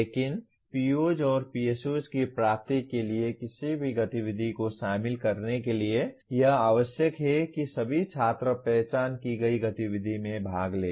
लेकिन POs और PSOs की प्राप्ति के लिए किसी भी गतिविधि को शामिल करने के लिए यह आवश्यक है कि सभी छात्र पहचान की गई गतिविधि में भाग लें